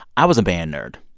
i was a band nerd.